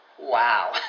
wow